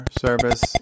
service